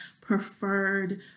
preferred